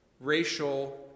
racial